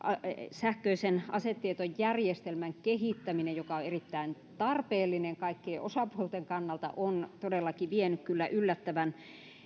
sähköisen asetietojärjestelmän kehittäminen joka on erittäin tarpeellinen kaikkien osapuolten kannalta on todellakin vienyt kyllä yllättävän